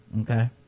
Okay